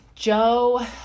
Joe